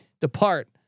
depart